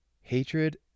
Hatred